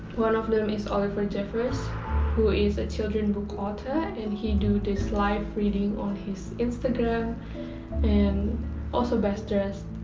one of them is oliver and jeffers who is a childrens book author and he do this live readings on his instagram and also bestdressed,